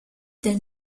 del